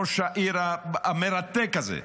ראש העיר המרתק הזה.